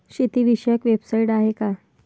शेतीविषयक वेबसाइट आहे का?